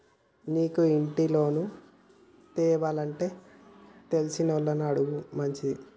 నీకు ఇంటి లోను తేవానంటే తెలిసినోళ్లని అడుగుడు మంచిది